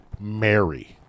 Mary